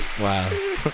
wow